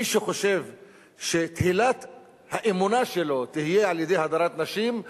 מי שחושב שתהילת האמונה שלו תהיה על הדרת נשים,